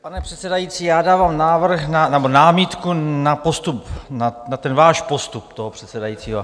Pane předsedající, já dávám návrh, nebo námitku na postup, na ten váš postup toho předsedajícího.